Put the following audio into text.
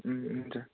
उम् हुन्छ